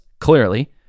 clearly